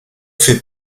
fait